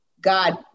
God